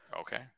Okay